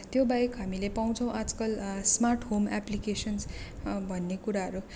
त्यो बाहेक हामीले पाउँछौ आजकल स्मार्ट होम एप्लिकेसन्स् भन्ने कुराहरू